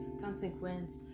consequence